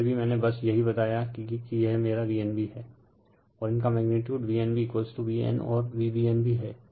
वैसे भी मैने बस यही बताया कि यह मेरा Vnb हैं और इनका मैग्नीटीयूड Vnb Vn और Vbn भी है